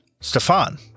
Stefan